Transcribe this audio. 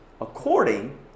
according